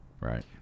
Right